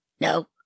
No